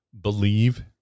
believe